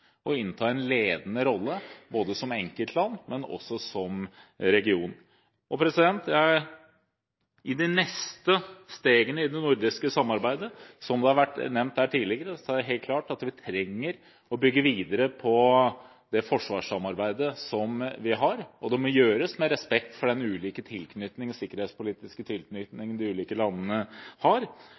å innta en ledende rolle både som enkeltland og som region. I de neste stegene i det nordiske samarbeidet er det, som det har vært nevnt her tidligere, helt klart at vi trenger å bygge videre på det forsvarssamarbeidet som vi har. Det må gjøres med respekt for den ulike sikkerhetspolitiske tilknytning de ulike landene har.